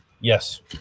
Yes